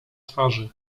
twarzy